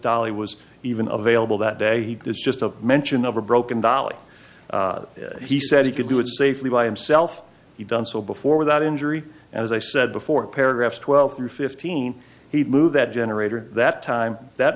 dolly was even of available that day he is just a mention of a broken dolly he said he could do it safely by himself he'd done so before without injury and as i said before paragraphs twelve through fifteen he'd move that generator that time that